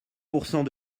pourcent